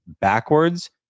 backwards